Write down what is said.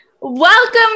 Welcome